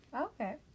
Okay